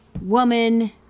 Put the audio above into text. woman